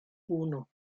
uno